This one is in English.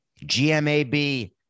GMAB